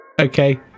Okay